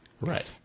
right